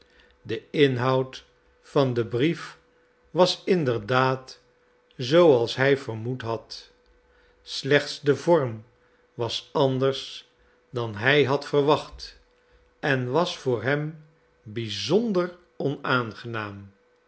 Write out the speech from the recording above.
de inhoud van den brief was inderdaad zooals hij vermoed had slechts de vorm was anders dan hij had verwacht en was voor hem bizonder onaangenaam